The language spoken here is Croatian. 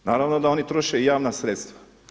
Naravno da oni troše i javna sredstva.